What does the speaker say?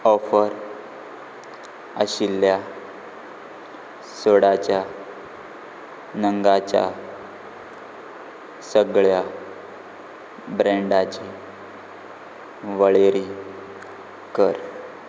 offer आशिल्ल्या सोडाच्या नंगाच्या सगळ्या ब्रँडाची वळेरी कर